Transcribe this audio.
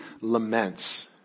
laments